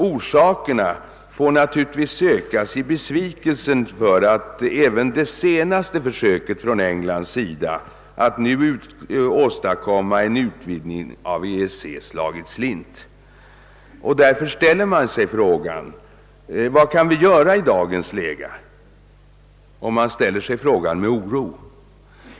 Orsakerna härtill får givetvis sökas i besvikelsen över att också det senaste engelska försöket att åstadkomma en utvidgning av EEC har slagit slint. I dagens läge ställer man sig frågan vad vi kan göra, och man frågar med oro.